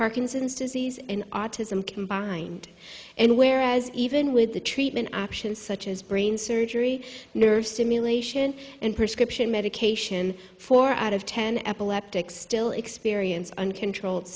parkinson's disease and autism combined and whereas even with the treatment options such as brain surgery nerve stimulation and prescription medication four out of ten epileptic still experience uncontrolled